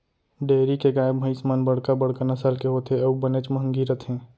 dairy के गाय भईंस मन बड़का बड़का नसल के होथे अउ बनेच महंगी रथें